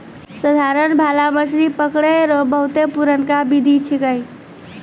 साधारण भाला मछली पकड़ै रो बहुते पुरनका बिधि छिकै